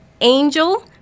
angel